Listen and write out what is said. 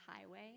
highway